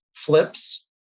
flips